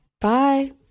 Bye